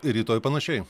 ir rytoj panašiai